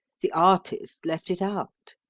the artist left it out.